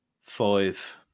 five